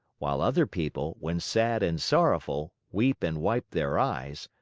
while other people, when sad and sorrowful, weep and wipe their eyes,